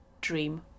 dream